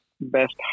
best